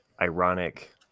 ironic